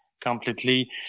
completely